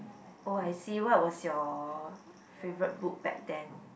oh I see what was your favourite book back then